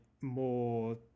more